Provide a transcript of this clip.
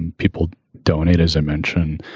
and people donate, as i mentioned,